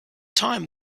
time